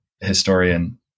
historian